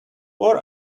four